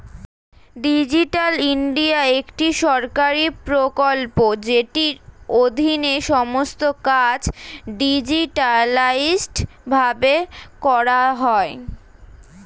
digital India একটি সরকারি প্রকল্প যেটির অধীনে সমস্ত কাজ ডিজিটালাইসড ভাবে করা হয়